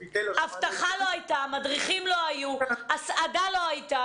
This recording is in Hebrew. אבטחה לא הייתה, מדריכים לא היו, הסעדה לא הייתה.